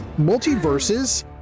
multiverses